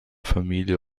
familie